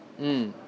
mm